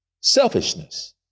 selfishness